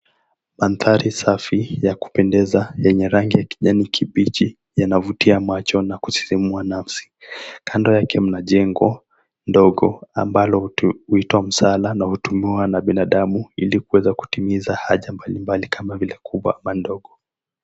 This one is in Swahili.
Mandhari safi ya kupendeza yenye rangi ya kijani kibichi yanavutia macho na kusisimua nafsi. Kando yake mna jengo ndogo ambalo huitwa msala na hutumiwa na binadamu ili kuweza kutimiza haja mbalimbali kama vile kubwa ama ndogo.